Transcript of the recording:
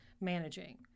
managing